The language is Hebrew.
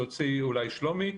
להוציא אולי שלומי,